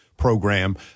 program